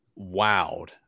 wowed